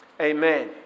Amen